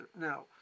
Now